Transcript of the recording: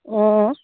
অঁ